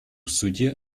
суде